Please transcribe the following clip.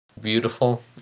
beautiful